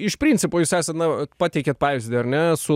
iš principo jūs esat na pateikėt pavyzdį ar ne su